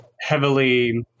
heavily